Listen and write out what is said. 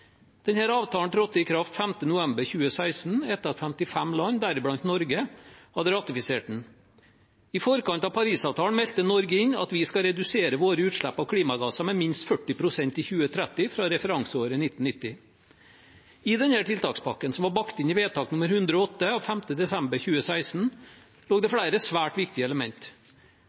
avtalen trådte i kraft 5. november 2016, etter at 55 land, deriblant Norge, hadde ratifisert den. I forkant av Parisavtalen meldte Norge inn at vi skal redusere våre utslipp av klimagasser med minst 40 pst. i 2030 fra referanseåret 1990. I denne tiltakspakken, som var bakt inn i vedtak nr. 108 av 5. desember 2016, lå det flere svært viktige element.